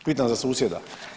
Pitam za susjeda.